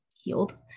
healed